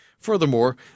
Furthermore